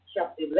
chapter